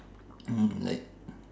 mm like